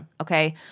okay